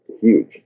Huge